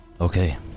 Okay